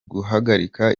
guhagarika